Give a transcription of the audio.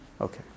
Okay